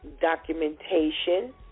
documentation